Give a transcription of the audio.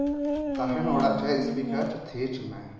ᱛᱟᱦᱮᱱ ᱚᱲᱟᱜ ᱨᱮ ᱥᱯᱤᱠᱟᱨ ᱛᱷᱤᱨ ᱢᱮ